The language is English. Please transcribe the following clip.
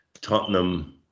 Tottenham